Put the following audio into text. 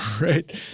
right